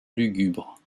lugubre